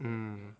mm